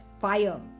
fire